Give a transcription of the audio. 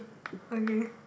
okay